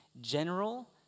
general